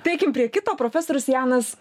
tai eikim prie kito profesorius janas